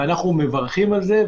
אנחנו מברכים על זה,